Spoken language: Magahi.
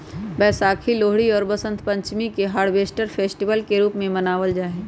वैशाखी, लोहरी और वसंत पंचमी के भी हार्वेस्ट फेस्टिवल के रूप में मनावल जाहई